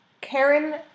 Karen